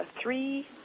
three